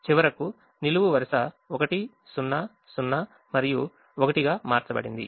చివరి నిలువు వరుస 1 0 0 మరియు 1 గా మార్చబడింది